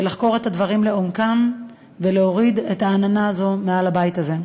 לחקור את הדברים לעומקם ולהוריד את העננה הזאת מעל הבית הזה.